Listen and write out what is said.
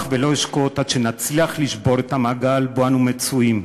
לא אנוח ולא אשקוט עד שנצליח לשבור את המעגל שבו אנו מצויים.